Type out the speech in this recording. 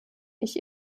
ich